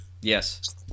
yes